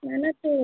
ନା ନା ତୁ